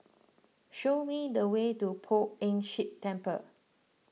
show me the way to Poh Ern Shih Temple